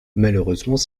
malheureusement